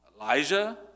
Elijah